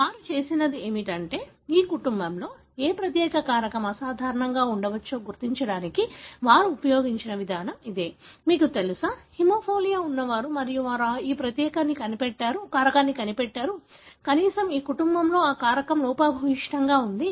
వారు చేసినది ఏమిటంటే ఈ కుటుంబంలో ఏ ప్రత్యేక కారకం అసాధారణంగా ఉండవచ్చో గుర్తించడానికి వారు ఉపయోగించిన విధానం ఇదే మీకు తెలుసా హిమోఫిలియా ఉన్నవారు మరియు వారు ఈ ప్రత్యేక కారకాన్ని కనిపెట్టారు కనీసం ఈ కుటుంబంలో ఆ కారకం లోపభూయిష్టంగా ఉంది